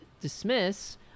dismiss